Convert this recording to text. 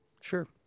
Sure